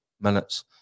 minutes